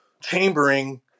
chambering